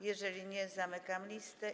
Jeżeli nie, zamykam listę.